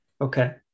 Okay